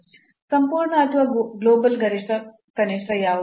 ಸಂಪೂರ್ಣ ಅಥವಾ ಗ್ಲೋಬಲ್ ಗರಿಷ್ಠ ಕನಿಷ್ಠ ಯಾವುದು